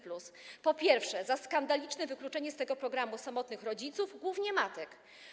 Po pierwsze, za skandaliczne wykluczenie z tego programu samotnych rodziców, głównie matek.